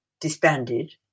disbanded